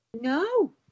No